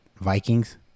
Vikings